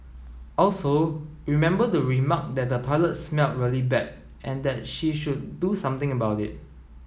also remember to remark that the toilet smelled really bad and that she should do something about it